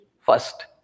first